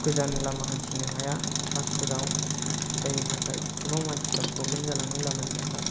गोजान लामा हान्थिनो हाया बास फोराव जायनि थाखाय गोबां मानसिफ्रा प्रब्लेम जालाङो लामानि थाखाय